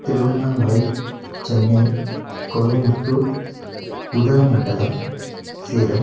Tiruvannamalai Chennai Coimbatore Udhagamandalam Salem